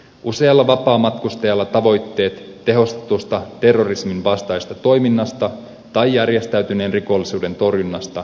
usealla vapaamatkustajalla tavoitteet tehostetusta terrorisminvastaisesta toiminnasta tai järjestäytyneen rikollisuuden torjunnasta vesittyvät